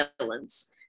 violence